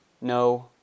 No